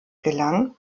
gelang